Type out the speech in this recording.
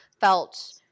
felt